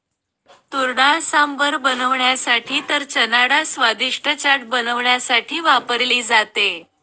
तुरडाळ सांबर बनवण्यासाठी तर चनाडाळ स्वादिष्ट चाट बनवण्यासाठी वापरली जाते